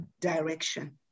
direction